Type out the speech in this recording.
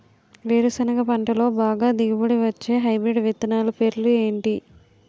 వేరుసెనగ పంటలో బాగా దిగుబడి వచ్చే హైబ్రిడ్ విత్తనాలు పేర్లు ఏంటి?